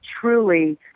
truly